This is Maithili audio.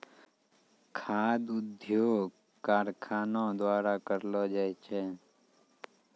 खाद्य उद्योग कारखानो द्वारा करलो जाय छै